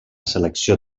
selecció